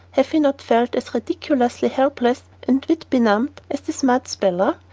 have we not felt as ridiculously helpless and wit-benumbed as the smart speller?